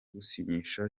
gusinyisha